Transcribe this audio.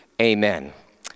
Amen